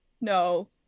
no